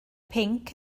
pinc